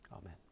Amen